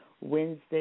Wednesday